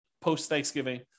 post-Thanksgiving